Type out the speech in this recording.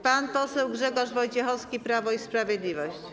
Pan poseł Grzegorz Wojciechowski, Prawo i Sprawiedliwość.